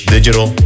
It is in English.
Digital